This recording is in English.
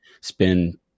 spend